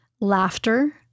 Laughter